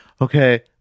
okay